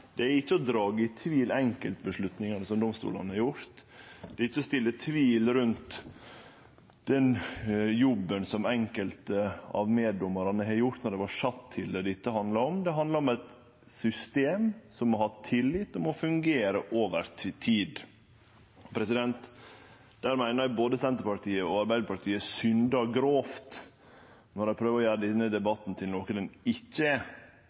Det er ikkje å dra i tvil enkeltvedtaka som domstolane har gjort, det er ikkje å reise tvil om den jobben som enkelte av meddommarane har gjort når dei vart sette til det, dette handlar om. Det handlar om eit system som må ha tillit og fungere over tid. Eg meiner både Senterpartiet og Arbeidarpartiet syndar grovt når dei prøver å gjere denne debatten til noko han ikkje er,